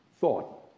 thought